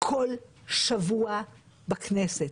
כל שבוע בכנסת.